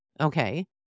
Okay